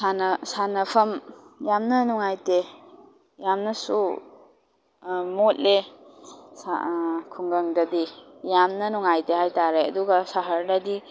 ꯁꯥꯟꯅꯐꯝ ꯌꯥꯝꯅ ꯅꯨꯡꯉꯥꯏꯇꯦ ꯌꯥꯝꯅꯁꯨ ꯃꯣꯠꯂꯦ ꯈꯨꯡꯒꯪꯗꯗꯤ ꯌꯥꯝꯅ ꯅꯨꯡꯉꯥꯏꯇꯦ ꯍꯥꯏꯇꯥꯔꯦ ꯑꯗꯨꯒ ꯁꯍꯔꯗꯗꯤ